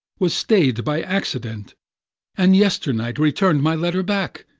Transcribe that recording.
was stay'd by accident and yesternight return'd my letter back.